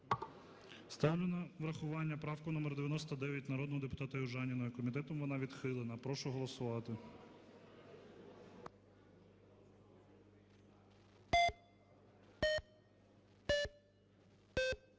Ставлю на врахування правку номер 103 народного депутата Южаніної. Комітетом вона відхилена. Комітет